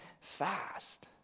fast